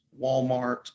Walmart